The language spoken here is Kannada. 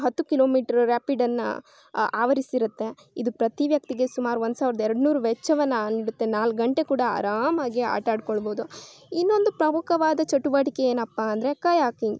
ಹತ್ತು ಕಿಲೋಮೀಟ್ರ್ ರ್ಯಾಪಿಡನ್ನು ಆವರಿಸರುತ್ತೆ ಇದು ಪ್ರತಿ ವ್ಯಕ್ತಿಗೆ ಸುಮಾರು ಒಂದು ಸಾವಿರದ ಎರಡುನೂರು ವೆಚ್ಚವನ್ನು ನೀಡುತ್ತೆ ನಾಲ್ಕು ಗಂಟೆ ಕೂಡ ಆರಾಮಾಗಿ ಆಟ ಆಡಿಕೊಳ್ಬೌದು ಇನ್ನೊಂದು ಪ್ರಮುಖವಾದ ಚಟುವಟಿಕೆ ಏನಪ್ಪಾ ಅಂದರೆ ಕಯಾಕಿಂಗ್